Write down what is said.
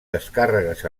descàrregues